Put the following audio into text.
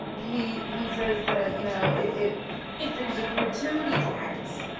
he he says that you know it if there's a gratuity tax